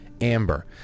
Amber